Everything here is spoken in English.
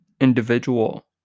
individual